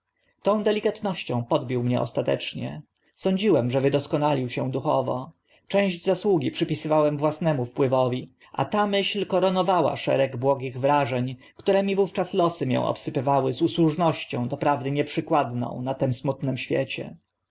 tą delikatnością podbił mię ostatecznie sądziłem że wydoskonalił się duchowo część zasługi przypisywałem własnemu wpływowi a ta myśl koronowała szereg błogich wrażeń którymi wówczas losy mię obsypywały z usłużnością doprawdy nieprzykładną na tym smutnym świecie